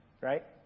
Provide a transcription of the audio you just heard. Right